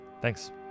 Thanks